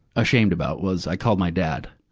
ashamed about, was i called my dad